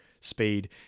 speed